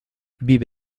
vive